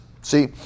See